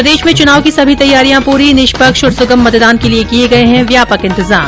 प्रदेश में चुनाव की सभी तैयारियां पूरी निष्पक्ष और सुगम मतदान के लिए किए गए है व्यापक इन्तजाम